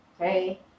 okay